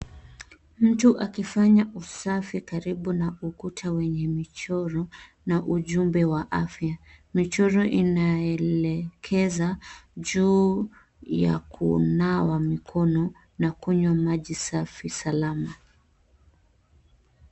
Mtu akifanya usafi karibu na ukuta wenye michoro na ujumbe wa afya. Michoro inaelekeza juu ya kunawa mikono na kunywa maji safi salama.